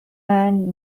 and